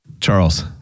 Charles